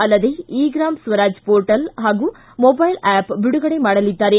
ಅಲ್ಲದೇ e Gram Swaraj portal ಹಾಗೂ mobile app ಬಿಡುಗಡೆ ಮಾಡಲಿದ್ದಾರೆ